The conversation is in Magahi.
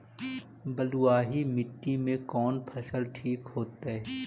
बलुआही मिट्टी में कौन फसल ठिक होतइ?